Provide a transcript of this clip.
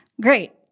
great